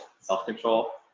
self-control